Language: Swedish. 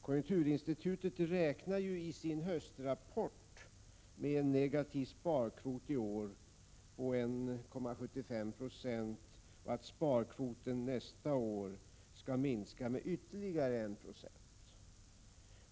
Konjunkturinstitutet räknar i sin höstrapport med en negativ sparkvot i år på 1,75 90 och en minskning med ytterligare 1926 av sparkvoten nästa år.